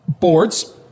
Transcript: Boards